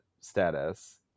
status